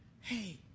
hey